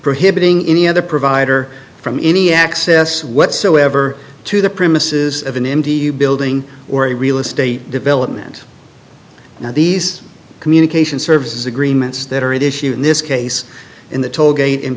prohibiting any other provider from any access whatsoever to the premises of an empty building or a real estate development now these communication services agreements that are at issue in this case in the tollgate and